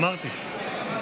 אמרתי.